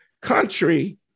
country